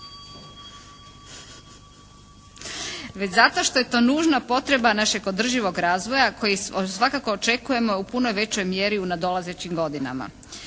već zato što je to nužna potreba našeg održivog razvoja koji svakako očekujemo u puno većoj mjeri u nadolazećim godinama.